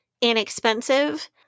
inexpensive